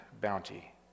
bounty